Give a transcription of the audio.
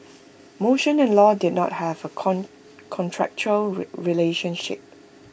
motion and low did not have A contractual relationship